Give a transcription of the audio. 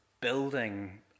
building